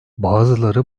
bazıları